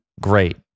Great